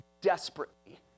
desperately